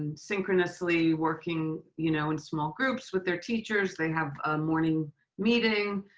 and synchronously working you know in small groups with their teachers, they have a morning meeting